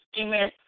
Amen